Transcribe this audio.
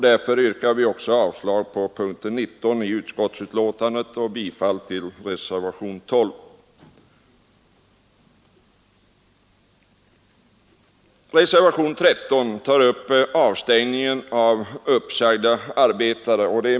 Därför yrkar vi avslag på förslaget vid p. 19 och bifall till reservationen 12. Reservationen 13 tar upp avstängningen av uppsagda arbetare.